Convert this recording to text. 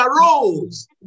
arose